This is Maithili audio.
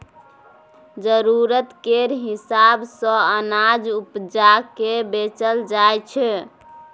जरुरत केर हिसाब सँ अनाज उपजा केँ बेचल जाइ छै